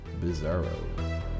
Bizarro